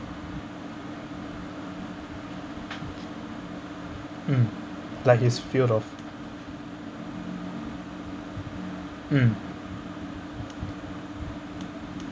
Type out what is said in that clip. mm like he's fear of mm